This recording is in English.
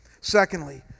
Secondly